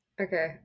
Okay